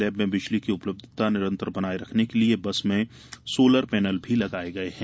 lab में बिजली की उपलब्धता निरंतर बनाये रखने के लिये बस में सोलर पैनल भी लगाये गये हैं